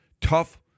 tough